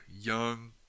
young